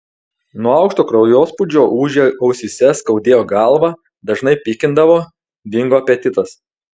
nuo aukšto kraujospūdžio ūžė ausyse skaudėjo galvą dažnai pykindavo dingo apetitas